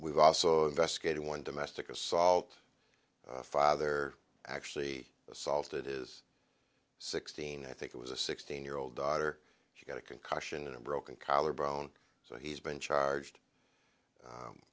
we've also investigated one domestic assault father actually assault it is sixteen i think it was a sixteen year old daughter she got a concussion a broken collarbone so he's been charged